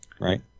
right